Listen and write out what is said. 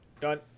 Done